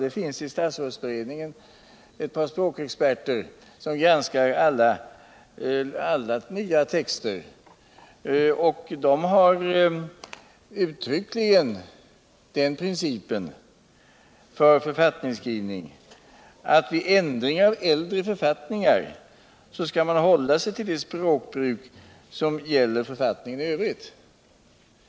Det finns i statsrådsberedningen ett par språkexperter som granskar alla nya texter, och de har uttryckligen den principen för författningsskrivning att vid ändringar av äldre författningar skall man hålla sig till det språkbruk som gäller för författningen i övrigt.